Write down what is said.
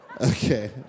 Okay